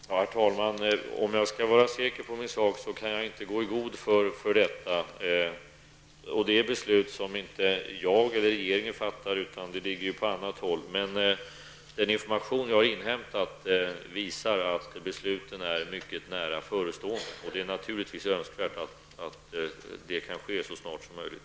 Herr talman! Om jag skall vara säker på min sak kan jag inte gå i god för det. Det är fråga om beslut som inte jag eller regeringen fattar, utan det ligger på annat håll. Men den information som jag har inhämtat visar att beslut är mycket nära förestående. Det är naturligtvis önskvärt att beslut kan fattas så snart som möjligt.